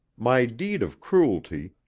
my deed of cruelty,